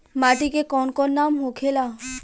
माटी के कौन कौन नाम होखेला?